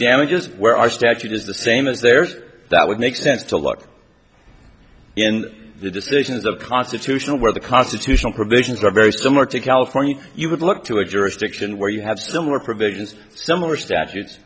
damages where our statute is the same as theirs that would make sense to look and the decisions of constitutional where the constitutional provisions are very similar to california you would look to a jurisdiction where you have similar provisions similar statutes